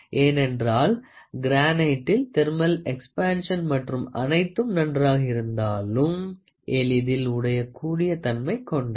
ஏனென்றால் க்ரானிட்டில் thermal expansion மற்றும் அனைத்தும் நன்றாக இருந்தாளும் எளிதில் உடையக்கூடிய தன்மை கொண்டது